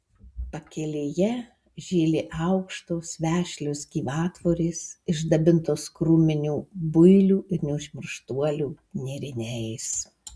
pakelėje žėlė aukštos vešlios gyvatvorės išdabintos krūminių builių ir neužmirštuolių nėriniais